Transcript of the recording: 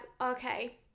okay